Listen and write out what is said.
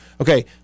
okay